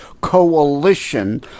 coalition